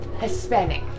Hispanic